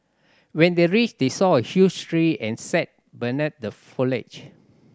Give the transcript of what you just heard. when they reached they saw a huge tree and sat beneath the foliage